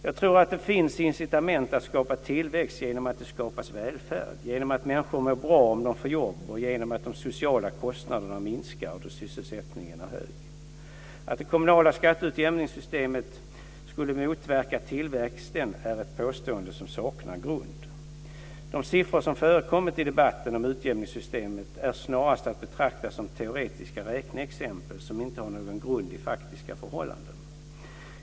Jag tror att det finns incitament att skapa tillväxt genom att det skapas välfärd, genom att människor mår bra om de får jobb och genom att de sociala kostnaderna minskar då sysselsättningen är hög. Att det kommunala skatteutjämningssystemet skulle motverka tillväxten är ett påstående som saknar grund. De siffror som förekommit i debatten om utjämningssystemet är snarast att betrakta som teoretiska räkneexempel, som inte har någon grund i faktiska förhållanden.